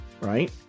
right